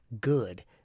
good